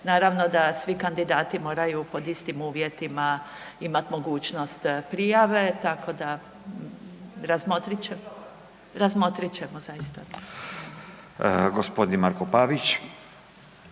Naravno da svi kandidati moraju pod istim uvjetima imati mogućnost prijave, tako da razmotrit ćemo,